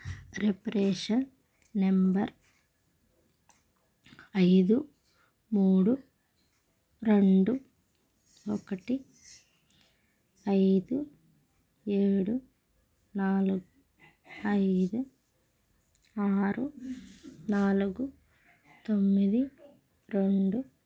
reference number ఐదు మూడు రెండు ఒకటి ఐదు ఏడు నాలుగు ఐదు ఆరు నాలుగు తొమ్మిది రెండు